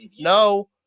no